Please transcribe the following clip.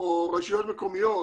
או רשויות מקומיות